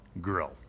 Grill